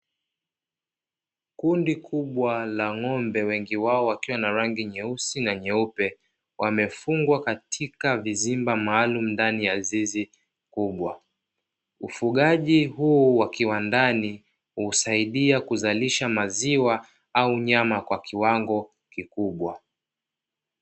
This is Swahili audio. Kundi kubwa la ng'ombe, wengi wao wakiwa na rangi nyeusi na nyeupe, wamefungwa katika vizimba maalumu ndani ya zizi kubwa. Ufugaji huu wa kiwandani husaidia kuzalisha maziwa au nyama kwa kiwango kikubwa.